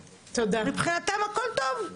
ומבחינתם הכול טוב.